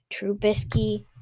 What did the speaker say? Trubisky